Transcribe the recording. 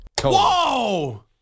Whoa